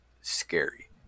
scary